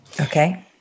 Okay